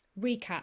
recap